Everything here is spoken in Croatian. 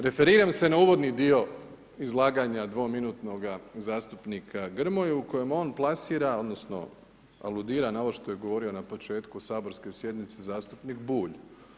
Referiram se na uvodni dio izlaganja dvominutnoga zastupnika Grmoju kojom on plasira, odnosno aludira na ovo što je govorio na početku saborske sjednice zastupnik Bulj.